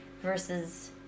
versus